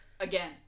Again